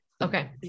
Okay